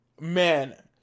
man